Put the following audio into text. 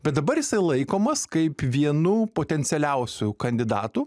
bet dabar jisai laikomas kaip vienu potencialiausių kandidatų